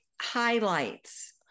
highlights